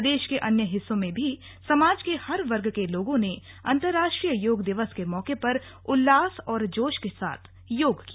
प्रदेश के अन्य हिस्सों में भी समाज के हर वर्ग के लोगों ने अन्तर्राष्ट्रीय योग दिवस के मौके पर उल्लास और जोश के साथ योग किया